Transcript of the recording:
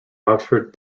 oxford